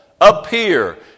appear